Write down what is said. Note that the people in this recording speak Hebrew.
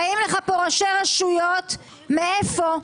באים לכאן ראשי רשויות, מאיפה?